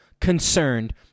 concerned